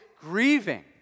grieving